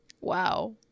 wow